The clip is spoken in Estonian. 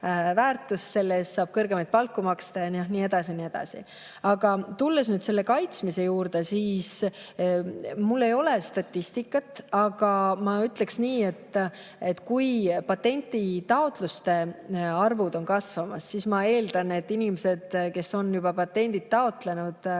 selle eest saab kõrgemaid palku maksta ja nii edasi ja nii edasi. Aga tulles nüüd selle kaitsmise juurde, siis mul ei ole statistikat. Ent ma ütleksin nii, et kui patenditaotluste arv on kasvamas, siis ma eeldan, et inimesed, kes on patente taotlenud, ka